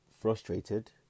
frustrated